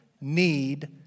need